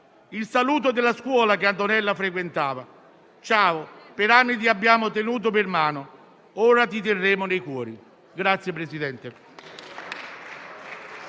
il saluto della scuola che Antonella frequentava: «Ciao, per anni ti abbiamo tenuto per mano, ora ti terremo nei cuori».